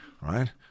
right